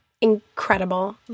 incredible